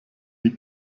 die